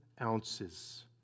ounces